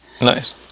Nice